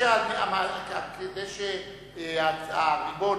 כדי שהריבון,